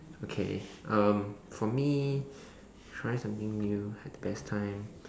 okay um for me trying something new had the best time